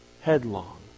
headlong